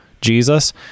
Jesus